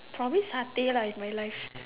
probably stay lah it's my life